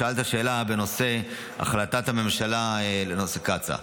שאלת שאלה בנושא החלטת הממשלה בנושא קצא"א.